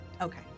Okay